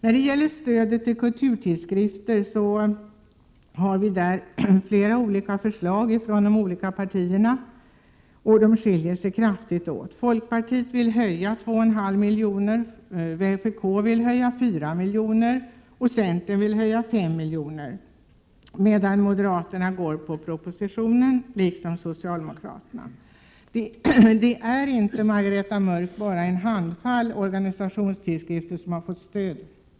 I fråga om stödet till kulturtidskrifter föreligger flera olika förslag från de olika partierna, och de skiljer sig kraftigt åt. Folkpartiet vill höja 2,5 milj.kr., vpk vill höja 4 milj.kr. och centern vill höja 5 milj.kr., medan moderaterna går på propositionen, liksom socialdemokraterna. Det är inte, Margareta Mörck, bara en handfull organisationstidskrifter som har fått stöd.